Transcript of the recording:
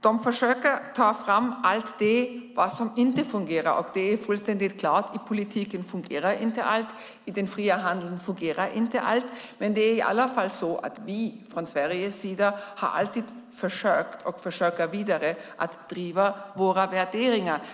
De försöker att ta fram allt det som inte fungerar. Det är fullständigt klart att i politiken fungerar inte allt, och i den fria handeln fungerar inte allt. Det är i varje fall så att vi från Sveriges sida alltid har försökt och försöker vidare att driva våra värderingar.